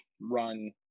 run